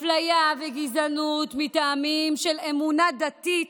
אפליה וגזענות מטעמים של אמונה דתית,